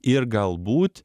ir galbūt